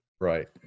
Right